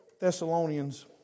Thessalonians